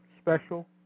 special